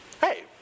hey